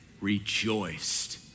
rejoiced